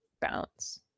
balance